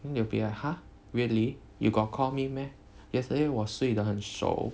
then they will like !huh! really you got call me meh yesterday 我睡得很熟